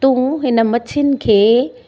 तू हूं हिन मच्छियुनि खे